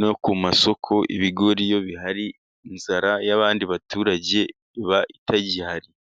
no ku masoko ibigori iyo bihari, inzara y'abandi baturage iba itagihari.